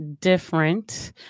different